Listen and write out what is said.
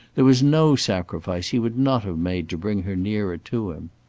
there was no sacrifice he would not have made to bring her nearer to him.